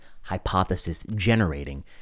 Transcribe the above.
hypothesis-generating